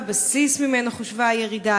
2. מהו קו הבסיס שממנו חושבה הירידה?